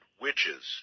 witches